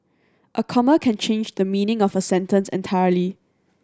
a comma can change the meaning of a sentence entirely